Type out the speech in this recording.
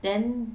then